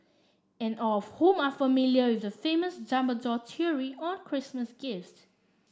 and all of whom are familiar with the famous Dumbledore theory on Christmas gifts